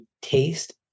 taste